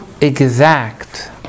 exact